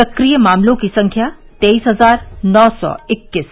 सक्रिय मामलों की संख्या तेईस हजार नौ सौ इक्कीस